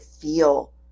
feel